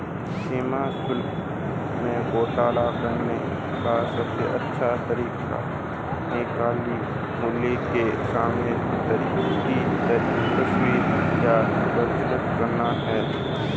सीमा शुल्क में घोटाला करने का सबसे अच्छा तरीका नकली मूल्य के सामान की तस्करी या प्रचार करना है